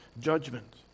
judgment